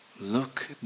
look